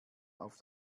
auf